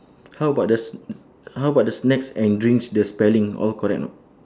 how about the sn~ how about the snacks and drinks the spelling all correct or not